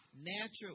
Natural